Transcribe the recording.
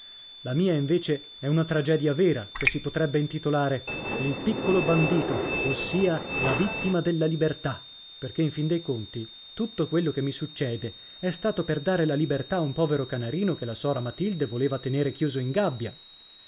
la mia invece è una tragedia vera che si potrebbe intitolare il piccolo bandito ossia la vittima della libertà perché in fin dei conti tutto quello che mi succede è stato per dare la libertà a un povero canarino che la sora matilde voleva tenere chiuso in gabbia